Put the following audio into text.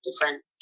different